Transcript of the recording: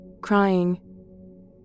crying